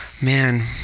man